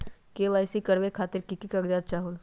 KYC करवे खातीर के के कागजात चाहलु?